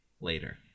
later